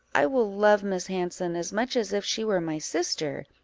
i will love miss hanson as much as if she were my sister,